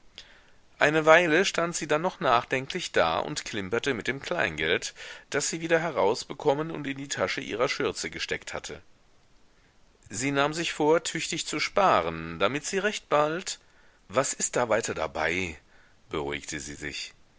eine weile stand sie dann noch nachdenklich da und klimperte mit dem kleingeld das sie wieder herausbekommen und in die tasche ihrer schürze gesteckt hatte sie nahm sich vor tüchtig zu sparen damit sie recht bald was ist da weiter dabei beruhigte sie sich